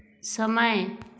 समय